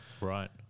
Right